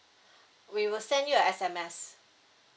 we will send you a S_M_S